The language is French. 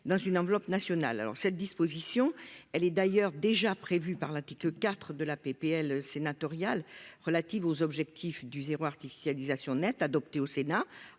dans une enveloppe nationale alors cette disposition. Elle est d'ailleurs déjà prévue par la petite IV de la PPL sénatoriale relative aux objectifs du zéro artificialisation nette adopté au Sénat,